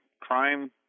crime